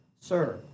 sir